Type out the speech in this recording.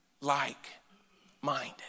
like-minded